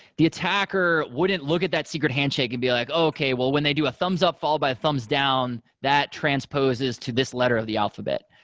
the attacker wouldn't look at that secret handshake and be like, okay. well, when they do thumbs up followed by a thumbs down, that transposes to this letter of the alphabet.